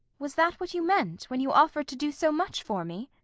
was that what you meant when you offered to do so much for me?